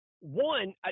One –